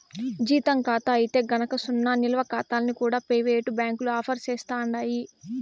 జీతం కాతా అయితే గనక సున్నా నిలవ కాతాల్ని కూడా పెయివేటు బ్యాంకులు ఆఫర్ సేస్తండాయి